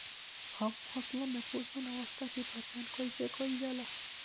हम फसलों में पुष्पन अवस्था की पहचान कईसे कईल जाला?